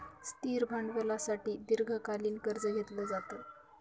स्थिर भांडवलासाठी दीर्घकालीन कर्ज घेतलं जातं